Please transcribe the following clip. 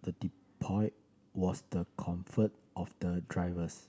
the depot was the comfort of the drivers